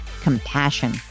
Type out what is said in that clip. compassion